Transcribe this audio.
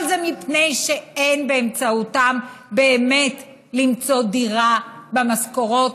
אבל זה מפני שאין באמצעותם באמת למצוא דירה במשכורות,